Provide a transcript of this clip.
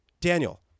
Daniel